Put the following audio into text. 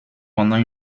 pendant